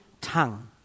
tongue